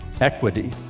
equity